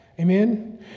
Amen